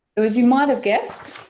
so as you might have guessed